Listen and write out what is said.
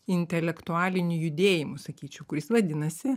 intelektualiniu judėjimu sakyčiau kuris vadinasi